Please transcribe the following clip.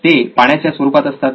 ते पाण्याच्या स्वरूपात असतात